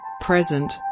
present